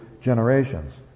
generations